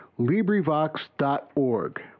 LibriVox.org